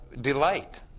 delight